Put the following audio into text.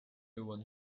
one